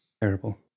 Terrible